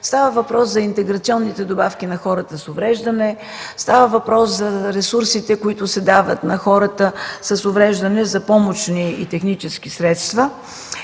добавки, за интеграционните добавки на хората с увреждания, за ресурсите, които се дават на хората с увреждания за помощни и технически средства.